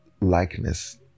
likeness